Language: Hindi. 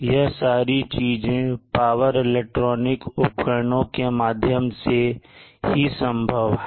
यह सारी चीजें पावर इलेक्ट्रॉनिक उपकरणों के माध्यम से ही संभव है